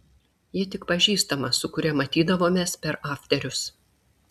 ji tik pažįstama su kuria matydavomės per afterius